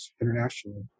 internationally